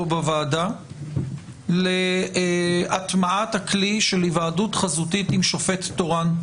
בוועדה - להטמעת הכלי של היוועדות חזותית עם שופט תורן.